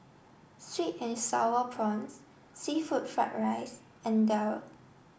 sweet and sour prawns seafood fried rice and Daal